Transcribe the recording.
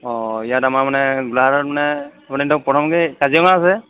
অঁ ইয়াত আমাৰ মানে গোলাঘাটত মানে প্ৰথমতে কাজিৰঙা আছে